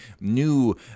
new